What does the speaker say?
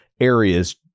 areas